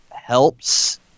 helps